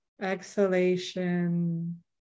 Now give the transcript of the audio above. Exhalation